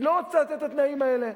היא לא רצתה לתת את התנאים האלה,